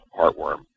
heartworm